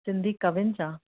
सिन्धी कवियुनि जा